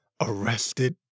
arrested